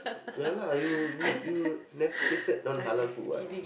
ya lah you you you never tasted non halal food what